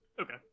Okay